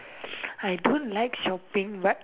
I don't like shopping but